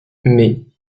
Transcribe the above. mais